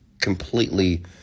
completely